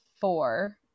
four